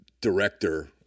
director